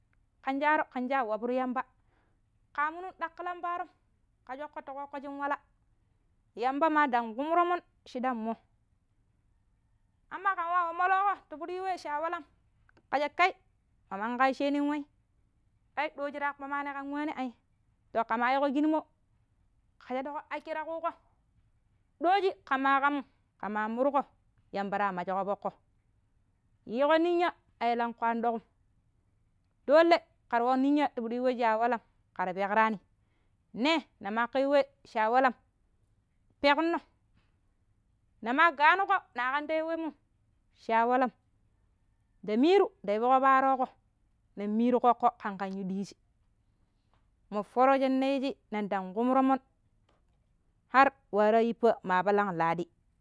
ƙanjaro ƙanja waburu yamba kaa munun ɗakkilan paaro̱m ƙe sho̱ƙƙo ti ƙoƙƙo shin wala yamba ma ndang ƙum to̱mo̱n shiɗam mo̱, amma ƙen nwa mo̱lo̱o̱ƙo̱ ti piɗi yu we cee awalam kajekai wacceenin wei. Ai ɗo̱ji ta kpo̱maani ƙan waane ai, to ƙe maa yiiƙo kijimo̱ ƙe shaɗuƙo haki ta ƙuuƙo. Dooji ke maa ƙamum ke maa murƙo yamba ta majuƙo fo̱ƙƙo. Yiiƙo ninya a kelangƙu an doƙume dole ƙera wa ninya̱ ti piɗi yu we shi a walam ƙera peƙraani, ne ne mar yu we shi a walam, pekno̱ ne maa ganuko naa kam ta yu wemmo̱ shi a walam nda miiru nda yigoɓaro ƙoƙƙo ƙanƙan yu diiji mo furo̱ shi ne yiiji nen dang ƙumu to̱mo̱n har wu waraa yippa̱ maa palang ladi.